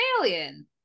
alien